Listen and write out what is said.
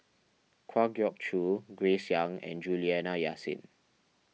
Kwa Geok Choo Grace Young and Juliana Yasin